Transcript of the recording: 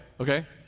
okay